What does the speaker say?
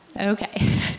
Okay